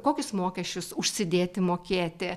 kokius mokesčius užsidėti mokėti